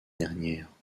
dernière